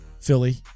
Philly